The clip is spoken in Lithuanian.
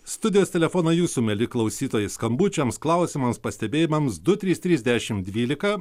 studijos telefonai jūsų mieli klausytojai skambučiams klausimams pastebėjimams du trys trys dešim dvylika